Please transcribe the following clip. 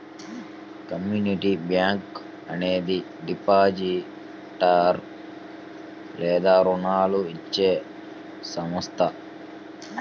community bank అనేది depository లేదా రుణాలు ఇచ్చే సంస్థ